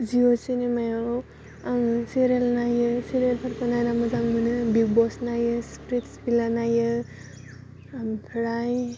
जिअ सिनिमायाव आङो सिरियाल नायो सिरियालफोरखौ नायना मोजां मोनो बिगबस नायो सिक्रिब सिक्ला नायो आमफ्राय